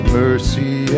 mercy